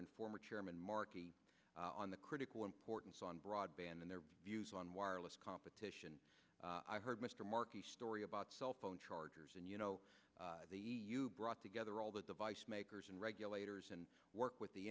and former chairman markey on the critical importance on broadband in their views on wireless competition i heard mr markey story about cell phone chargers and you know the you brought together all the device makers and regulators and work with the